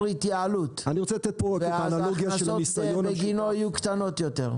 התייעלות ואז ההכנסות בגינו יהיו קטנות יותר.